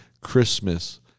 Christmas